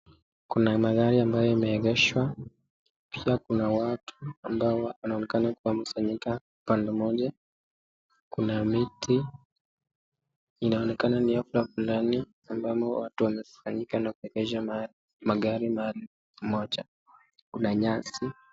Kuna magari ambayo yameegeshwa. Pia kuna watu ambao wanaonekana wamekusanyika upande mmoja. Kuna miti. Inaonekana ni hafla fulani ambapo watu wamekusanyika na kuegesha magari mahali pamoja. Kuna nyasi.